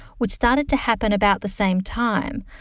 which started to happen about the same time,